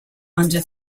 under